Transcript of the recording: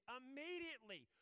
immediately